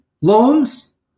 loans